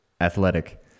athletic